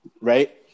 Right